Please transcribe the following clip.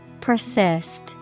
Persist